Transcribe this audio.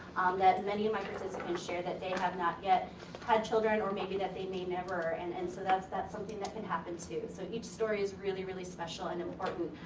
that many of my participants share that they have not yet had children or maybe that they may never. and and so, that's something that can happen too. so, each story is really, really special and important.